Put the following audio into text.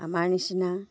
আমাৰ নিচিনা